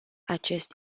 acest